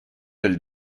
del